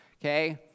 okay